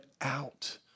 out